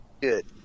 Good